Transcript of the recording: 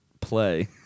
Play